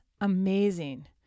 amazing